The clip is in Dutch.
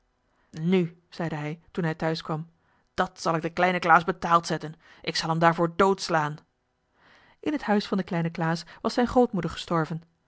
nu zeide hij toen hij thuis kwam dat zal ik den kleinen klaas betaald zetten ik zal hem daarvoor doodslaan in het huis van den kleinen klaas was zijn grootmoeder gestorven